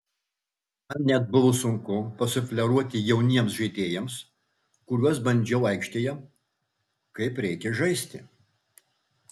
man net buvo sunku pasufleruoti jauniems žaidėjams kuriuos bandžiau aikštėje kaip reikia žaisti